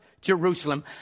Jerusalem